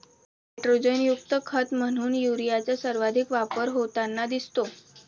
नायट्रोजनयुक्त खत म्हणून युरियाचा सर्वाधिक वापर होताना दिसतो